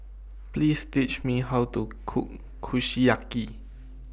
Please Tell Me How to Cook Kushiyaki